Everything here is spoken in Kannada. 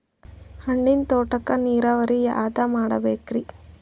ಹಣ್ಣಿನ್ ತೋಟಕ್ಕ ನೀರಾವರಿ ಯಾದ ಮಾಡಬೇಕ್ರಿ?